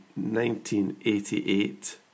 1988